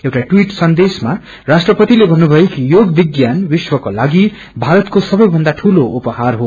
एउआ अवीट सन्देशमा राष्ट्रपतिले भन्नुभयो कि योग विज्ञान विश्वको लागि भारतको सवै भन्दा ठूलो उपहार हो